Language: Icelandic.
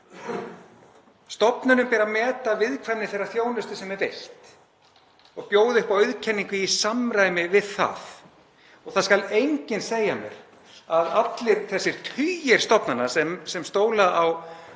Stofnunum ber að meta viðkvæmni þeirrar þjónustu sem er veitt og bjóða upp á auðkenningu í samræmi við það og það skal enginn segja mér að allir þessir tugir stofnana sem stóla á